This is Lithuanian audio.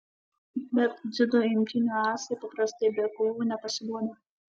bet dziudo imtynių asai paprastai be kovų nepasiduoda